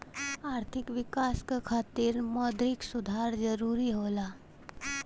आर्थिक विकास क खातिर मौद्रिक सुधार जरुरी होला